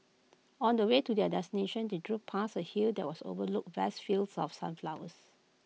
on the way to their destination they drove past A hill that was overlooked vast fields of sunflowers